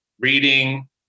reading